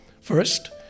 First